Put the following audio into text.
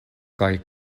kaj